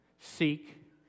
Seek